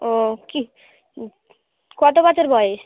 ও কী কতো বছর বয়স